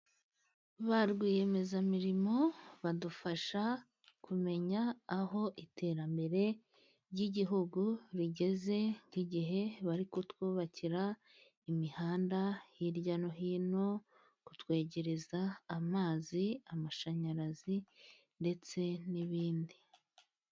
Ba rwiyemezamirimo badufasha kumenya aho iterambere ry'igihugu rigeze nk'igihe bari kutwubakira imihanda hirya no hino, kutwegereza amazi, amashanyarazi ndetse n'ibindi.